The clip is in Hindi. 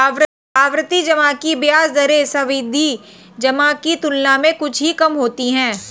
आवर्ती जमा की ब्याज दरें सावधि जमा की तुलना में कुछ ही कम होती हैं